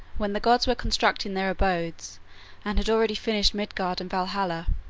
when the gods were constructing their abodes and had already finished midgard and valhalla,